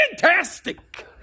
fantastic